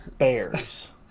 Bears